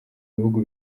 bihugu